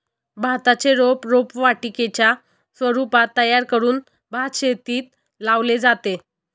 भाताचे रोप रोपवाटिकेच्या स्वरूपात तयार करून भातशेतीत लावले जाते